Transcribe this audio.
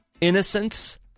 innocence